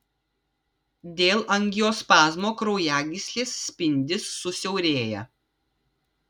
dėl angiospazmo kraujagyslės spindis susiaurėja